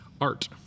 art